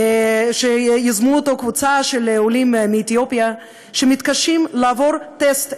שיזמו קבוצה של עולים מאתיופיה שמתקשים לעבור טסט.